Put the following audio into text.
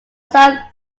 son